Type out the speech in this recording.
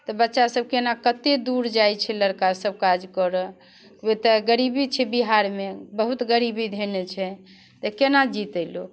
तऽ बच्चासभ केना कतेक दूर जाइत छै लड़कासभ काज करय ओतय गरीबी छै बिहारमे बहुत गरीबी धेने छै तऽ केना जीतै लोक